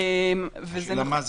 נכון, השאלה מה זה.